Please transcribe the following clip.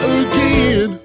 again